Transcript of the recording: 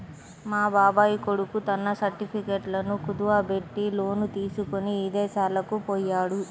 మా బాబాయ్ కొడుకు తన సర్టిఫికెట్లను కుదువబెట్టి లోను తీసుకొని ఇదేశాలకు పొయ్యాడు